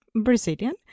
Brazilian